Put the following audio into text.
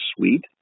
suite